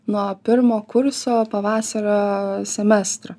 nuo pirmo kurso pavasario semestro